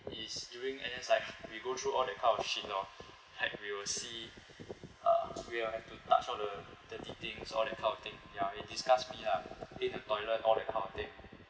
is during N_S life we go through all that kind of shit you know like we'll see uh we'll have to touch all the dirty things all that kind of thing ya it disgusts me lah clean the toilet all that kind of thing